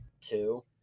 Two